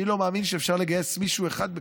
אני לא מאמין שאפשר לגייס מישהו אחד בכפייה.